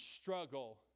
struggle